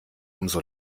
umso